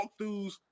walkthroughs